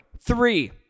Three